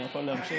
אני יכול להמשיך?